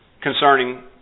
concerning